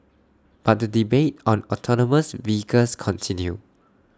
but the debate on autonomous vehicles continue